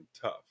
tough